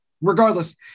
regardless